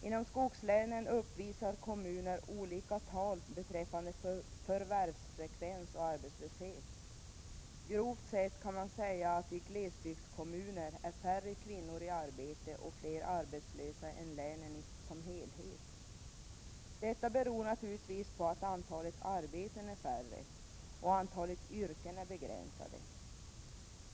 Inom skogslänen uppvisar kommunerna olika tal beträffande förvärvsfrekvens och arbetslöshet. I glesbygdskommuner är, grovt sett, färre kvinnor i arbete och fler arbetslösa än i länen som helhet. Detta beror naturligtvis på att antalet arbeten är mindre och antalet yrken begränsade.